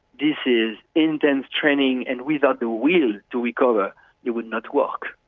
this is intense training, and without the will to recover they would not walk.